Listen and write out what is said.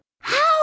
How